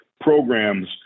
programs